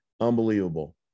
unbelievable